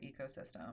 ecosystem